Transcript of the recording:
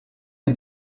est